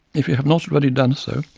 if you have not already done so,